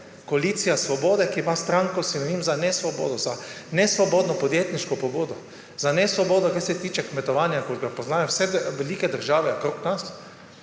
koalicija Svobode, ki ima stranko, ki je sinonim za nesvobodo, za nesvobodno podjetniško pobudo, za nesvobodo, kar se tiče kmetovanja, kot ga poznajo vse velike države okoli nas,